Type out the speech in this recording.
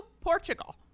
portugal